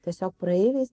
tiesiog praeiviais